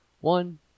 One